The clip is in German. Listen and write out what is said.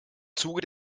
zuge